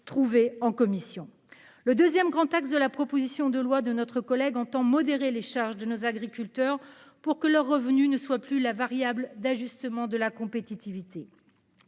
trouvé en commission le 2ème grand axe de la proposition de loi de notre collègue entend modéré les charges de nos agriculteurs pour que leur revenu ne soient plus la variable d'ajustement de la compétitivité.